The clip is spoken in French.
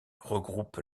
regroupe